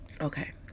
Okay